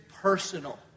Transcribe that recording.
personal